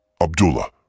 Abdullah